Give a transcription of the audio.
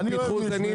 אני אוהב משמש ואין,